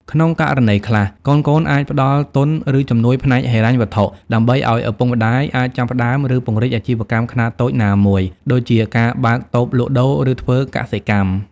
ក្នុងករណីខ្លះ កូនៗអាចផ្ដល់ទុន ឬជំនួយផ្នែកហិរញ្ញវត្ថុ ដើម្បីឱ្យឪពុកម្ដាយអាចចាប់ផ្តើម ឬពង្រីកអាជីវកម្មខ្នាតតូចណាមួយ ដូចជាការបើកតូបលក់ដូរ ឬធ្វើកសិកម្ម។